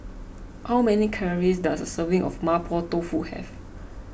how many calories does a serving of Mapo Tofu have